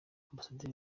ambasaderi